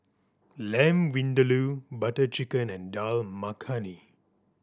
Lamb Vindaloo Butter Chicken and Dal Makhani